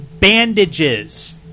bandages